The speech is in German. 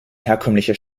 herkömmliche